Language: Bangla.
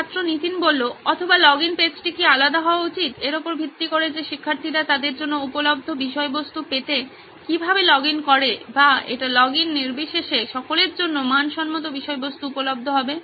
ছাত্র নীতিন অথবা লগইন পেজটি কি আলাদা হওয়া উচিত এর উপর ভিত্তি করে যে শিক্ষার্থীরা তাদের জন্য উপলব্ধ বিষয়বস্তু পেতে কীভাবে লগ ইন করে বা এটি লগইন নির্বিশেষে সকলের জন্য মানসম্মত বিষয়বস্তু উপলব্ধ হবে